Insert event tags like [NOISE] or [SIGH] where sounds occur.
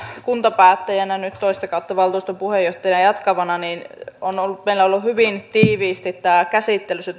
kuntapäättäjänä nyt toista kautta valtuuston puheenjohtajana jatkavana meillä on ollut työllisyyden hoito hyvin tiiviisti käsittelyssä [UNINTELLIGIBLE]